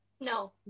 No